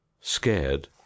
scared